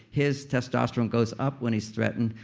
his testosterone goes up when he's threatened,